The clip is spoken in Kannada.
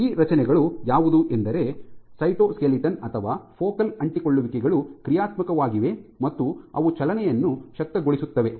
ಈ ರಚನೆಗಳು ಯಾವುದು ಎಂದರೆ ಸೈಟೋಸ್ಕೆಲಿಟನ್ ಅಥವಾ ಫೋಕಲ್ ಅಂಟಿಕೊಳ್ಳುವಿಕೆಗಳು ಕ್ರಿಯಾತ್ಮಕವಾಗಿವೆ ಮತ್ತು ಅವು ಚಲನೆಯನ್ನು ಶಕ್ತಗೊಳಿಸುತ್ತವೆ